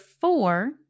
four